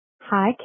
Hi